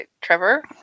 Trevor